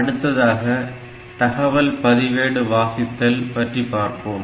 அடுத்ததாக தகவல் பதிவேடு வாசித்தல் பற்றி பார்ப்போம்